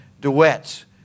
duets